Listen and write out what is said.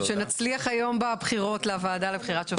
שנצליח היום בבחירות בוועדה לבחירת שופטים.